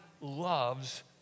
loves